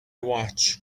watch